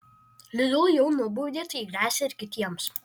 lidl jau nubaudė tai gresia ir kitiems